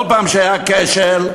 כל פעם שהיה כשל,